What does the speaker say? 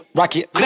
rocket